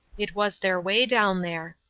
it was their way down there.